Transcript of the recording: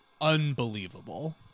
unbelievable